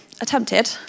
attempted